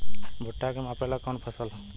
भूट्टा के मापे ला कवन फसल ह?